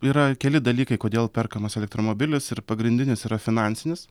yra keli dalykai kodėl perkamas elektromobilis ir pagrindinis yra finansinis